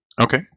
Okay